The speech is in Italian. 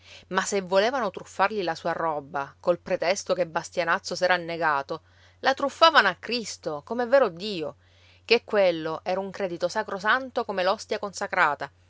ma se volevano truffargli la sua roba col pretesto che bastianazzo s'era annegato la truffavano a cristo com'è vero dio ché quello era un credito sacrosanto come l'ostia consacrata